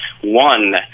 one